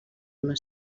una